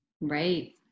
Right